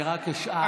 אני רק אשאל,